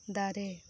ᱫᱟᱨᱮ